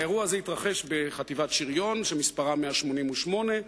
האירוע הזה התרחש בחטיבת שריון שמספרה 188,